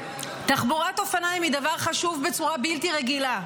תחבורת אופניים היא דבר חשוב בצורה בלתי רגילה.